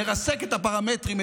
לרסק את הפרמטרים,